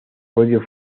podio